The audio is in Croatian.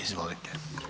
Izvolite.